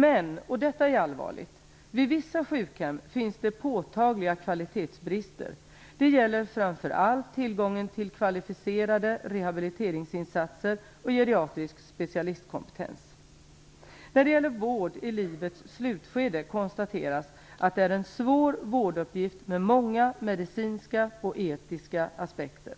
Men - och detta är allvarligt - vid vissa sjukhem finns det påtagliga kvalitetsbrister. Det gäller framför allt tillgången till kvalificerade rehabiliteringsinsatser och geriatrisk specialistkompetens. När det gäller vård i livets slutskede konstateras att det är en svår vårduppgift med många medicinska och etiska aspekter.